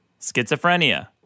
schizophrenia